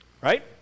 right